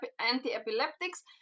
anti-epileptics